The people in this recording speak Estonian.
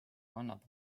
annab